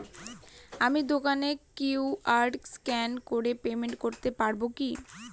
আমি দোকানে QR scan করে পেমেন্ট করতে পারবো কি?